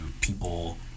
people